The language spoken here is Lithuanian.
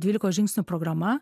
dvylikos žingsnių programa